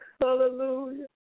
Hallelujah